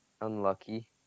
unlucky